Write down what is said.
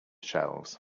shelves